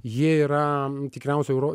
ji yra tikriausiai euro